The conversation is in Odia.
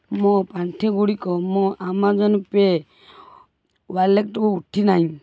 ମୋ ପାଣ୍ଠିଗୁଡ଼ିକ ମୋ ଆମାଜନ୍ ପେ ୱାଲେଟକୁ ଉଠି ନାହିଁ